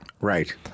Right